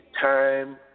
time